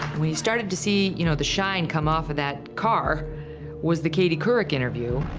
when you started to see you know the shine come off that car was the katie couric interview.